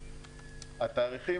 התאריכים,